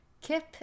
Kip